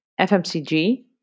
FMCG